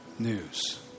news